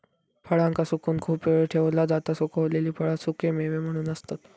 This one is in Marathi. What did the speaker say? फळांका सुकवून खूप वेळ ठेवला जाता सुखवलेली फळा सुखेमेवे म्हणून असतत